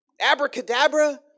abracadabra